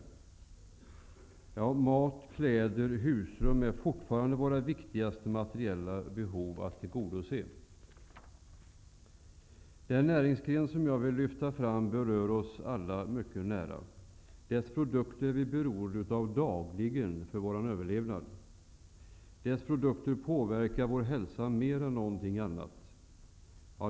Att ha mat, kläder och husrum är fortfarande ett av våra viktigaste materiella behov att tillgodose. Den näringsgren som jag vill lyfta fram berör oss alla mycket nära: Dess produkter är vi beroende av dagligen för vår överlevnad. Dess produkter påverkar vår hälsa mer än något annat.